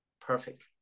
perfect